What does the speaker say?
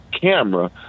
camera